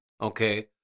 okay